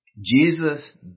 Jesus